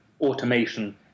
Automation